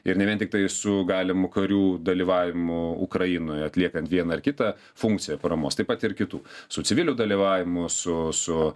ir ne vien tiktai su galimu karių dalyvavimu ukrainoje atliekant vieną ar kitą funkciją paramos taip pat ir kitų su civilių dalyvavimu su su